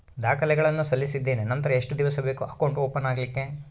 ದಾಖಲೆಗಳನ್ನು ಸಲ್ಲಿಸಿದ್ದೇನೆ ನಂತರ ಎಷ್ಟು ದಿವಸ ಬೇಕು ಅಕೌಂಟ್ ಓಪನ್ ಆಗಲಿಕ್ಕೆ?